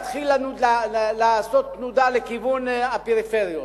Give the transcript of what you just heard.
להתחיל לעשות תנודה לכיוון הפריפריות.